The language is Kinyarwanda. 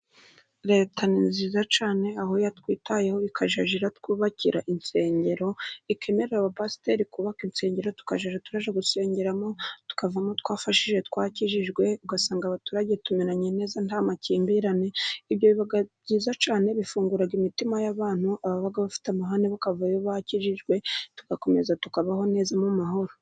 Leta ni nziza cyane aho yatwitayeho ikajya itwubakira insengero, ikemerera abapasiteri kubaka insengero, tukajya tujya gusengeramo, tukavamo twafashije, twakijijwe, ugasanga abaturage tumeranye neza nta makimbirane. Ibyo biba byiza cyane, bifungura imitima y'abantu, ababaga bafite amahane bakavayo bakijijwe, tugakomeza tukabaho neza mu mahoro.